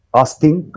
asking